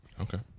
Okay